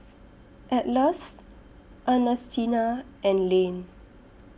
Atlas Ernestina and Lane